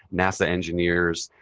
nasa engineers,